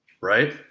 right